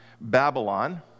Babylon